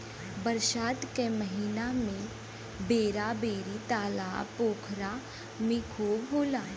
बरसात के महिना में बेरा बेरी तालाब पोखरा में खूब होला